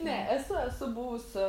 ne esu esu buvusi